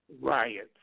riots